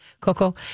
Coco